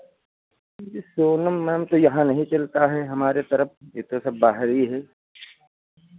ये सोनम मैम तो यहाँ नहीं चलता है हमारे तरफ़ ये तो सब बाहरी है